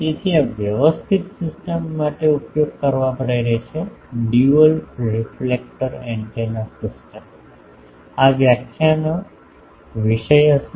તેથી આ વ્યવસ્થિત સિસ્ટમ માટે ઉપયોગ કરવા પ્રેરે છે ડ્યુઅલ રિફ્લેક્ટર એન્ટેના સિસ્ટમ્સ આ વ્યાખ્યાનનો વિષય હશે